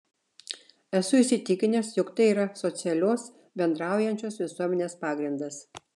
esu įsitikinęs jog tai yra socialios bendraujančios visuomenės pagrindas